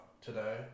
today